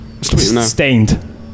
Stained